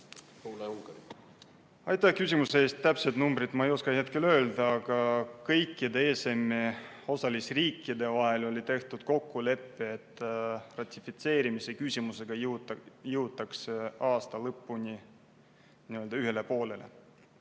Aitäh küsimuse eest! Täpset numbrit ma ei oska hetkel öelda, aga kõikide ESM-i osalisriikide vahel oli tehtud kokkulepe, et ratifitseerimise küsimusega jõutakse aasta lõpuks ühele poole